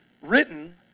written